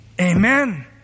Amen